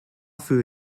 für